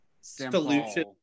solution